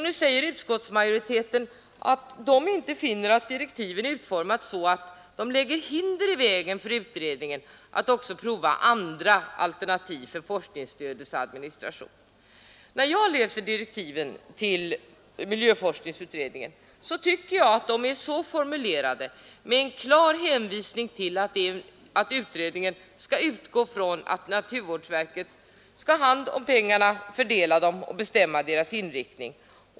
Nu säger utskottsmajoriteten att den inte finner att direktiven utformats så att de lägger hinder i vägen för utredningen att också pröva andra alternativ för forskningsstödets administration. När jag läser direktiven till miljöforskningsutredningen tycker jag att de är formulerade med klar hänvisning till att utredningen skall utgå från att naturvårdsverket skall ha hand om pengarna, fördela dem och bestämma deras inriktning.